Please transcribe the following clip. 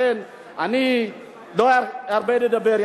לכן אני לא ארבה לדבר,